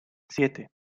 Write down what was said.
siete